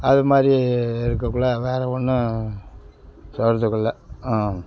அதுமாதிரி இருக்கக்குள்ளே வேற ஒன்றும் சொல்கிறதுக்கு இல்லை